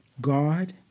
God